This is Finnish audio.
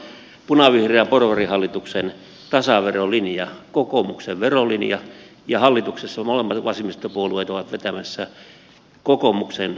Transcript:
kyllä tämä on punavihreän porvarihallituksen tasaverolinja kokoomuksen verolinja ja hallituksessa molemmat vasemmistopuolueet ovat vetämässä kokoomuksen verovankkureita